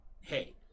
Hey